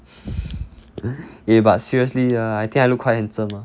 eh but seriously ah I think I look quite handsome ah